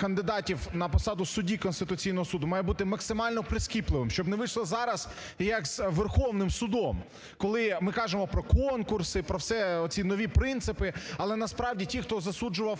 кандидатів на посаду судді Конституційного Суду, має бути максимально прискіпливим, щоб не вийшло зараз, як з Верховним Судом, коли ми кажемо про конкурси, про все, оці нові принципи. Але насправді ті, хто засуджував,